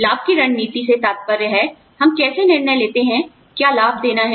लाभ की रणनीति से तात्पर्य है हम कैसे निर्णय लेते हैं क्या लाभ देना है